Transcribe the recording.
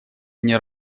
вне